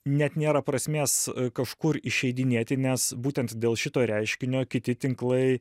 net nėra prasmės kažkur išeidinėti nes būtent dėl šito reiškinio kiti tinklai